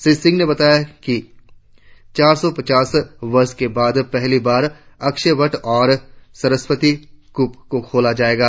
श्री सिंह ने यह भी बताया कि चार सौ पचास वर्षों के बाद पहली बार अक्षय वट और सरस्वती कूप को खोला जाएगा